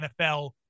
NFL